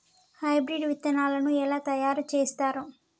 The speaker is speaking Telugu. హైబ్రిడ్ విత్తనాలను ఎలా తయారు చేస్తారు?